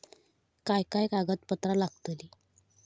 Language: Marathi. काय काय कागदपत्रा लागतील?